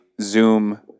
zoom